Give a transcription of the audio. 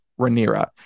Rhaenyra